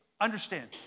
Understand